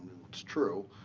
it's true,